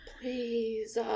Please